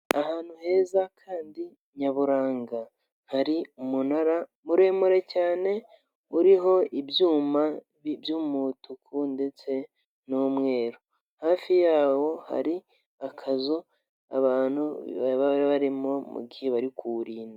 Ahantu heza kandi nyaburanga hari umunara muremure cyane uriho ibyuma by'umutuku ndetse n'umweru, hafi yawo hari akazu abantu baba barimo mu gihe bari kuwurinda.